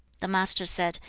the master said,